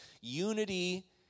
Unity